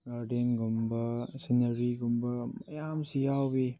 ꯒꯥꯔꯗꯦꯟꯒꯨꯝꯕ ꯁꯤꯅꯔꯤꯒꯨꯝꯕ ꯃꯌꯥꯝꯁꯤ ꯌꯥꯎꯏ